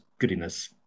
goodiness